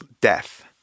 death